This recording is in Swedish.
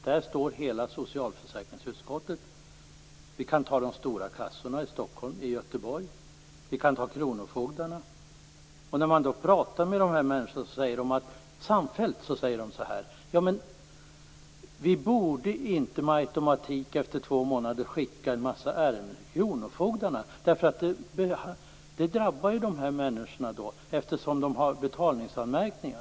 Här står hela socialförsäkringsutskottet, liksom de stora kassorna i Stockholm och Göteborg och även kronofogdarna. När man pratar med dessa människor säger de samfällt att man inte borde med automatik efter två månader skicka en massa ärenden till kronofogdarna. Det drabbar ju dessa människor, eftersom de har betalningsanmärkningar.